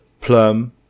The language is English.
plum